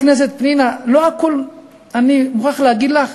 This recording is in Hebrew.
הכנסת פנינה, אני מוכרח להגיד לך,